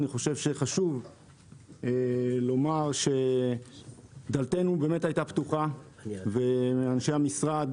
אני חושב שחשוב לומר שדלתנו באמת הייתה פתוחה ואנשי המשרד